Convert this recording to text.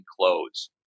clothes